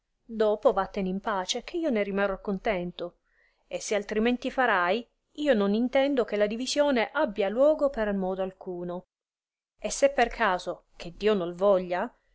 dopò vattene in pace che io ne rimarrò contento e se altrimenti farai io non intendo che la divisione abbia luogo per modo alcuno e se per caso che dio non voglia